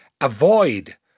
avoid